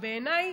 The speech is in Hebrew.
בעיניי